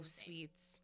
sweets